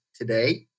today